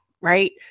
right